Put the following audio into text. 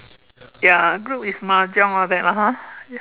ya group is Mahjong all that lah ha ya